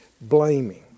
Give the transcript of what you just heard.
blaming